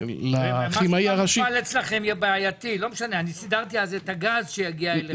-- סידרתי אז את הגז שיגיע אליכם.